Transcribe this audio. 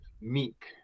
meek